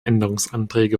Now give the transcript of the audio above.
änderungsanträge